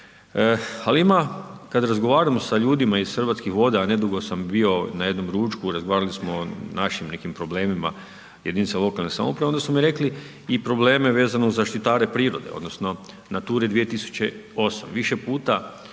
Ali, ima, kada razgovaramo sa ljudima iz Hrvatskih voda, a nedugo sam bio na jednom ručku, razgovarali smo o našim nekim problemima, jedinica lokalne samouprave, onda su mi rekli i probleme vezano uz zaštitare prirodno odnosno Nature 2008. Više puta